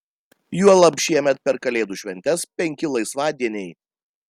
juolab šiemet per kalėdų šventes penki laisvadieniai